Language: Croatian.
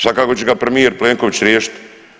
Svakako će ga premijer Plenković riješiti.